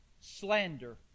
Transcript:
slander